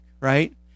right